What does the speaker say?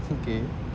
okay